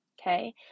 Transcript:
Okay